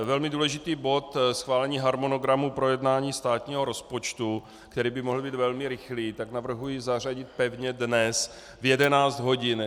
Velmi důležitý bod schválení harmonogramu projednání státního rozpočtu, který by mohl být velmi rychlý, navrhuji zařadit pevně dnes v 11 hodin.